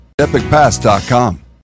EpicPass.com